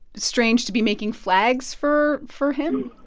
strange to be making flags for for him?